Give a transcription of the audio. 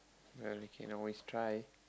well we can always try